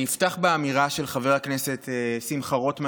אני אפתח באמירה של חבר הכנסת שמחה רוטמן